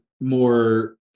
more